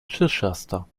chichester